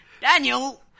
Daniel